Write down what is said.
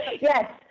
Yes